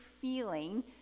feeling